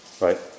Right